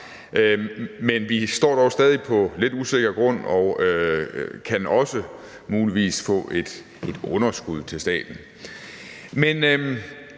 men vi står dog stadig på lidt usikker grund og kan også muligvis få et underskud til staten.